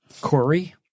Corey